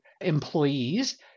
employees